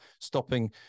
stopping